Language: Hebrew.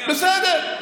בסדר.